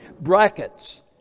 brackets